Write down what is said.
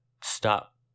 stop